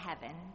heaven